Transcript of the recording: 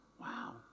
Wow